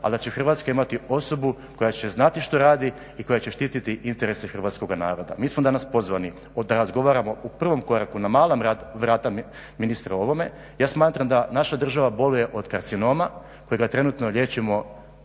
ali da će Hrvatska imati osobu koja će znati što radi i koja će štiti interese hrvatskoga naroda. Mi smo danas pozvani da razgovaramo u prvom koraku na mala vrata, ministre, o ovome. Ja smatram da naša država boluje od karcinoma kojega trenutno liječimo